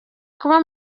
kuba